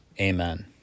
Amen